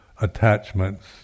attachments